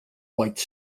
white